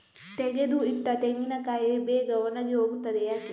ತೆಗೆದು ಇಟ್ಟ ತೆಂಗಿನಕಾಯಿ ಬೇಗ ಒಣಗಿ ಹೋಗುತ್ತದೆ ಯಾಕೆ?